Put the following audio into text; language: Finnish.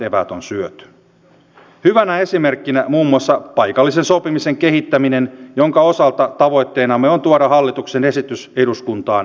tästä on muun muassa paikallisen sopimisen kehittäminen jonka osalta tavoitteenamme on tuoda hallituksen esitys eduskuntaan